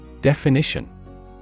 Definition